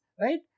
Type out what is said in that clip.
right